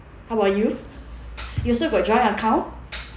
how about you you also got joint account